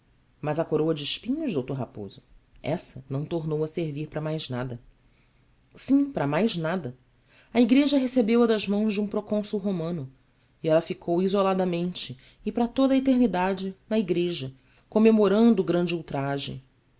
mas a coroa de espinhos d raposo essa não tornou a servir para mais nada sim para mais nada a igreja recebeu-a das mãos de um procônsul romano e ela ficou isoladamente e para toda a eternidade na igreja comemorando o grande ultraje